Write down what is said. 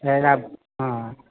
এৰাব